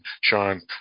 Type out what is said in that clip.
Sean